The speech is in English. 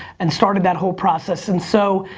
and started that whole process and so,